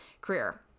career